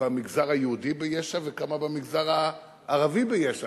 במגזר היהודי ביש"ע וכמה במגזר הערבי ביש"ע?